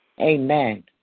Amen